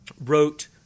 wrote